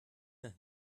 nach